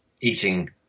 eating